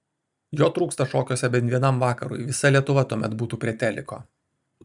jo trūksta šokiuose bent vienam vakarui visa lietuva tuomet būtų prie teliko